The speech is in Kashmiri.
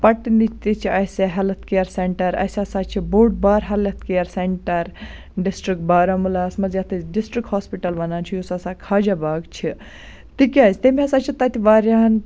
پَٹنہٕ تہِ چھُ اَسہِ ہیٚلتھ کِیر سیٚنٛٹَر اَسہِ ہَسا چھُ بوٚڈ بارٕ ہیٚلتھ کِیر سیٚنٛٹَر ڈِسٹرک بارابُلاہَس مَنٛز یتھ أسۍ ڈِسٹرک ہاسپِٹَل وَنان چھِ یُس ہَسا خواجہ باغ چھِ تکیٛاز تٔمۍ ہَسا چھِ تَتہِ واریاہَن